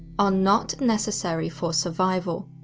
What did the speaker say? are not necessary for survival.